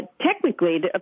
technically